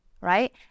Right